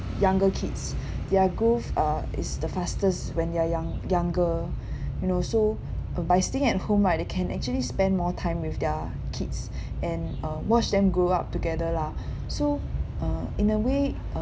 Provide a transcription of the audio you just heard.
younger kids their growth uh is the fastest when they are young younger you know so uh by staying at home right they can actually spend more time with their kids and um watch them grow up together lah so uh in a way